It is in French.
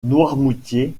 noirmoutier